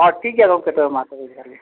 ᱦᱮᱸ ᱴᱷᱤᱠ ᱜᱚᱢᱠᱮ ᱛᱚᱵᱮ ᱢᱟ ᱛᱚᱵᱮ ᱡᱚᱦᱟᱨ ᱜᱮ